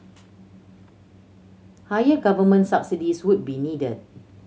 higher government subsidies would be needed